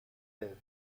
lève